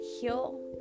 heal